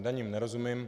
Daním nerozumím.